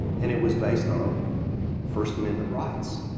and it was based on first amendment rights.